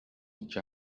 each